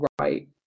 right